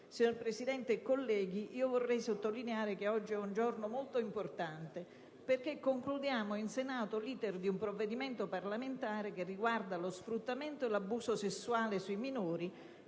signora Presidente e colleghi, vorrei sottolineare che oggi è un giorno molto importante, perché concludiamo in Senato l'*iter* di un provvedimento parlamentare che riguarda lo sfruttamento e l'abuso sessuale sui minori